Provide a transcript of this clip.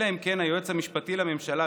אלא אם כן היועץ המשפטי לממשלה,